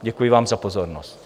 Děkuji vám za pozornost.